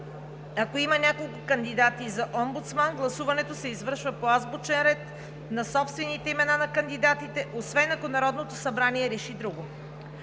Ако има няколко кандидати за омбудсман, гласуването се извършва по азбучен ред на собствените имена на кандидатите, освен ако Народното събрание реши друго.